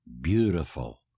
beautiful